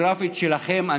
זאת הפרנויה הדמוגרפית שלכם,